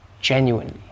genuinely